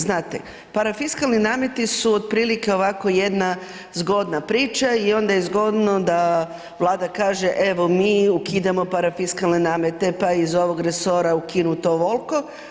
Znate parafiskalni nameti su otprilike ovako jedna zgodna priča i onda je zgodno da Vlada kaže evo mi ukidamo parafiskalne namete pa je iz ovog resora ukinuto ovoliko.